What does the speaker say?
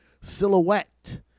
silhouette